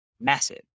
massive